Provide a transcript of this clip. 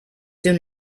soon